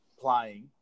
playing